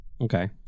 Okay